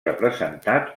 representat